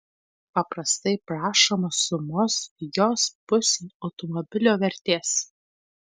paprastai prašoma sumos lygios pusei automobilio vertės